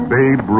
Babe